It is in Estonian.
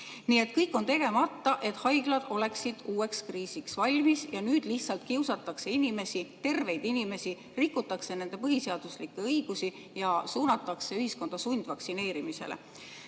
Nii et kõik on tegemata, et haiglad oleksid uueks kriisiks valmis, ja nüüd lihtsalt kiusatakse inimesi, terveid inimesi, rikutakse nende põhiseaduslikke õigusi ja suunatakse ühiskonda sundvaktsineerimisele.